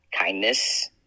kindness